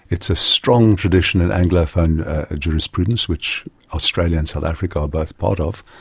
it's a strong tradition in anglophone jurisprudence, which australia and south africa are both part of,